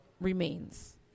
remains